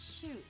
Shoot